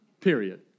period